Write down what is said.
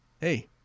hey